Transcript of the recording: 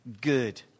good